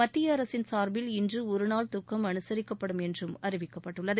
மத்திய அரசின் சார்பில் இன்று ஒருநாள் துக்கம் அனுசிக்கப்படும் என்று அறிவிக்கப்பட்டுள்ளது